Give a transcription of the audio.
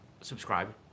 Subscribe